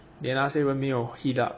then 那些人没有 heat up